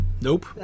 nope